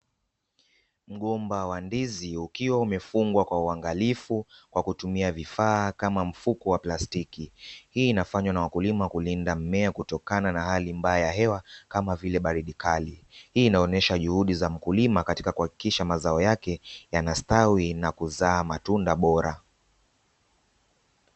Mgomba wa ndizi ukiwa umefungwa kwa uangalifu kwa kutumia vifaa kama mfuko wa plastiki hii inafanywa na wakulima kulinda mmea kutokana na hali mbaya ya hewa kama vile baridi kali. Hii inaonesha juhudi za mkulima katika kuhakikisha mazao yake yanastawi na kuzaa matunda bora.